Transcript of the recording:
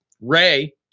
Ray